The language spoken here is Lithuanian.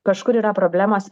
kažkur yra problemos